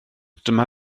dyma